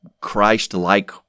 Christ-like